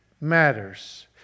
matters